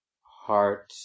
heart